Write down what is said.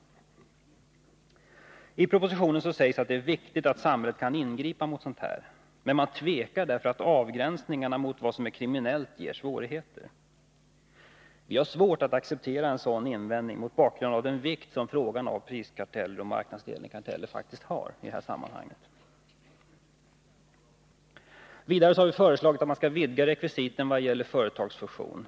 I propositionen sägs att det är viktigt att samhället kan ingripa mot detta, men man tvekar därför att avgränsningarna mot vad som är kriminellt innebär svårigheter. Vi har svårt att acceptera en sådan invändning, mot bakgrund av den vikt som frågan om priskarteller och marknadsdelningskarteller faktiskt har. Vidare har vi föreslagit att man skall vidga rekvisiten i vad gäller företagsfusion.